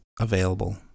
available